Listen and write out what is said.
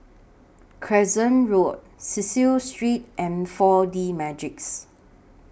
Crescent Road Cecil Street and four D Magix